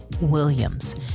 Williams